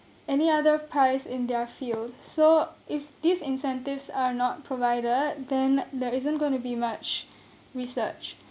any other prize in their field so if these incentives are not provided then there isn't going to be much research